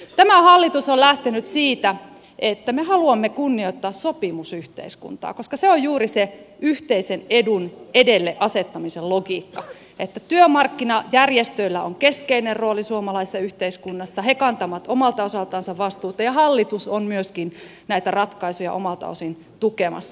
tämä hallitus on lähtenyt siitä että me haluamme kunnioittaa sopimusyhteiskuntaa koska se on juuri se yhteisen edun edelle asettamisen logiikka että työmarkkinajärjestöillä on keskeinen rooli suomalaisessa yhteiskunnassa he kantavat omalta osaltansa vastuuta ja hallitus on myöskin näitä ratkaisuja omalta osin tukemassa